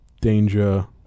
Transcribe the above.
Danger